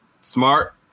smart